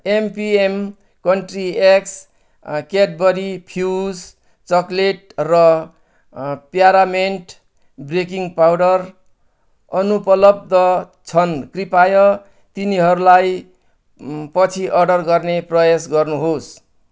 अँ MPM country eggs अँ Cadbury Fuse chocolate र अँ प्यारामेन्ट बेकिङ पाउडर अनुपलब्ध छन् कृपया तिनीहरूलाई पछि अर्डर गर्ने प्रयास गर्नुहोस्